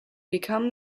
become